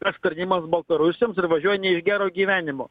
spectarnyboms baltarusiams ir važiuoja ne iš gero gyvenimo